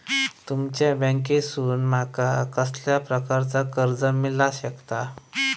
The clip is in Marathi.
तुमच्या बँकेसून माका कसल्या प्रकारचा कर्ज मिला शकता?